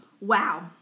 Wow